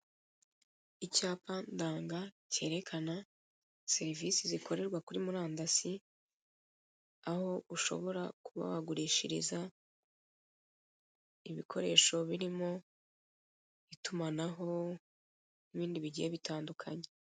Icyapa ndanga cyerekana serivise zikorerwa kuri murandasi, aho ushobora kuba wagurishiriza ibikoresho birimo itumanaho n'ibindi bigiye bitandukanye.